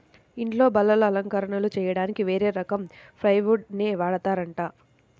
ఇంట్లో బల్లలు, అలంకరణలు చెయ్యడానికి వేరే రకం ప్లైవుడ్ నే వాడతారంట